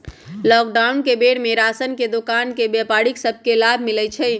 lockdown के बेर में राशन के दोकान के व्यापारि सभ के लाभ मिललइ ह